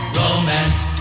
romance